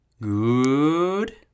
Good